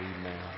Amen